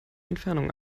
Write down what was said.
entfernung